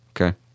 okay